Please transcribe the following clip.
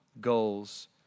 goals